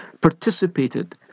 participated